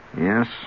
Yes